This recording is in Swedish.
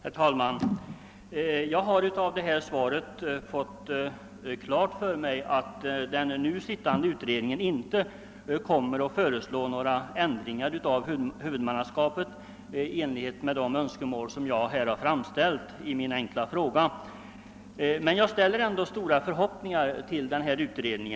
Herr talman! Jag har genom svaret fått klart för mig att den nu arbetande utredningen inte kommer att föreslå några ändringar av huvudmannaskapet enligt de önskemål jag framfört i min enkla fråga, men jag knyter ändå stora förhoppningar till denna utredning.